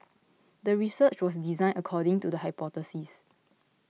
the research was designed according to the hypothesis